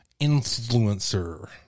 influencer